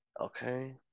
Okay